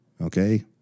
Okay